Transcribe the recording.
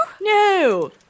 No